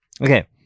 Okay